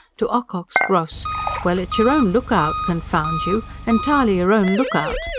to ocock's gross well, it's your own look-out, confound you entirely your own look-out,